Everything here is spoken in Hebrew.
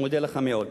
מודה לכם מאוד.